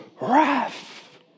wrath